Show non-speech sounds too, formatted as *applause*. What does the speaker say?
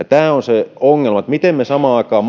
*unintelligible* tämä on se ongelma miten me samaan aikaan *unintelligible*